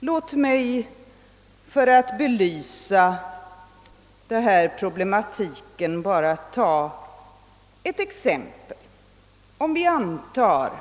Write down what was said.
Låt mig för att belysa denna problematik anföra ett exempel! Vi antar